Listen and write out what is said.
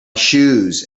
shoes